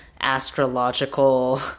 astrological